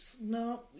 No